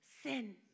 Sin